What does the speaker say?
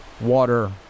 water